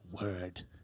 word